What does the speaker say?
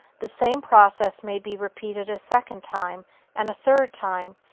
the same process may be repeated a second time and a third time,